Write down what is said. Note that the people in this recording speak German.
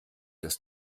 des